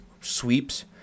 sweeps